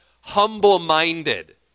humble-minded